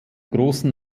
großen